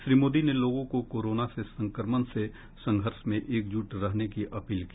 श्री मोदी ने लोगों से कोरोना संक्रमण से संघर्ष में एकजुट रहने की अपील की